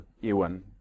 Ewan